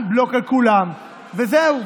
en bloc על כולם, וזהו.